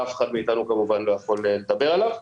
ואף אחד מאיתנו כמובן לא יכול לדבר עליו.